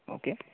okay